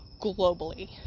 globally